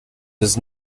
does